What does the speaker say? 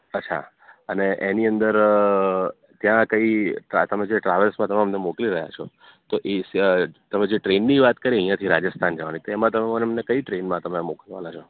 અચ્છા અને એની અંદર ત્યાં કંઈ તમે જે ટ્રાવેલ્સમાં તમે અમને મોકલી રહ્યા છો તો તમે જે ટ્રેનની વાત કરી અહીંયાથી રાજસ્થાન જવાની તેમાં તમે મને અમને કઈ ટ્રેનમાં તમે મોકલવાના છો